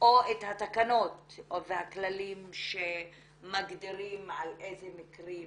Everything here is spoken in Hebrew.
או את התקנות והכללים שמגדירים על איזה מקרים